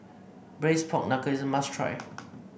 Braised Pork Knuckle is a must try